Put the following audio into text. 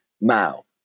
mao